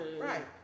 right